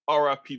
RIP